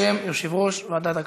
בשם יושב-ראש ועדת הכלכלה.